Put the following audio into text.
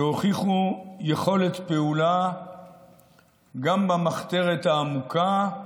שהוכיחו יכולת פעולה גם במחתרת העמוקה,